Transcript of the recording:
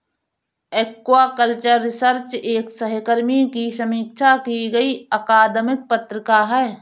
aquaculture research एक सहकर्मी की समीक्षा की गई अकादमिक पत्रिका है